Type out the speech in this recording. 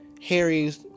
Harry's